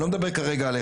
אני לא מדבר עליך,